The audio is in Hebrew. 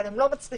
אבל הן לא מצליחות